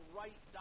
right